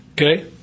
Okay